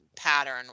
pattern